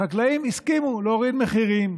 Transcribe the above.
החקלאים הסכימו להוריד מחירים,